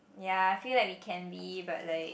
ya I feel like we can be but like